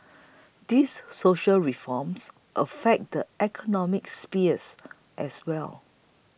these social reforms affect the economic spheres as well